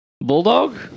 Bulldog